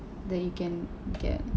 that you can get